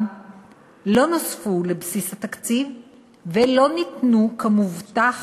לא נוספו לבסיס התקציב ולא ניתנו כמובטח